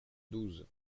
douze